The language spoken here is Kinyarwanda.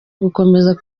gukomeza